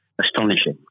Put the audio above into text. astonishing